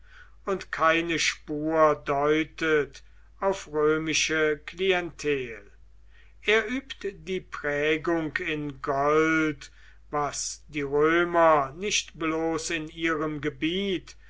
und keine spur deutet auf römische klientel er übt die prägung in gold was die römer nicht bloß in ihrem gebiet